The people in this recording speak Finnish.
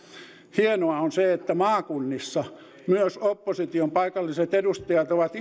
hienoa on se että maakunnissa myös opposition paikalliset edustajat ovat